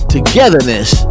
Togetherness